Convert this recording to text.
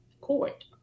court